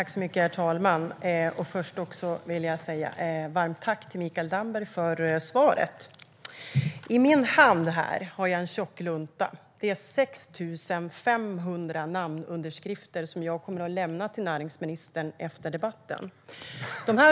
Herr talman! Först vill jag säga varmt tack till Mikael Damberg för svaret. I min hand har jag en tjock lunta med 6 500 namnunderskrifter som jag kommer att lämna till näringsministern efter debatten.